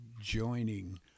joining